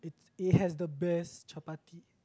it has the best chapati